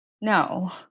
no